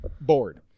bored